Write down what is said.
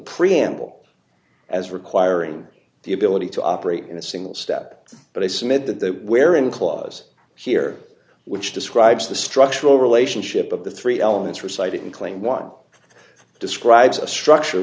preamble as requiring the ability to operate in a single step but i submit that that where in clause here which describes the structural relationship of the three elements were cited and claimed one describes a structure